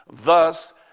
Thus